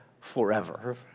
forever